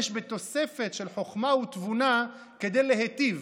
בתוספת של חוכמה ובינה כדי להיטיב,